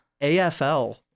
AFL